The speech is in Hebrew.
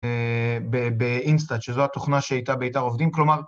באינסטאנט, שזו התוכנה שהייתה ביתר עובדים, כלומר...